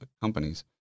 companies